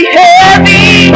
heavy